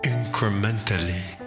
Incrementally